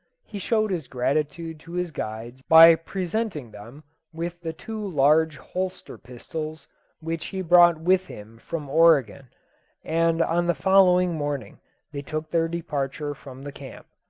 he showed his gratitude to his guides by presenting them with the two large holster pistols which he brought with him from oregon and on the following morning they took their departure from the camp.